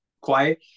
quiet